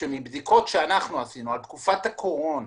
שמבדיקות שאנחנו עשינו על תקופת הקורונה